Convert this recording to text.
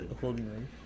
holding